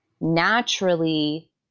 naturally